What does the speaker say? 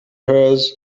hers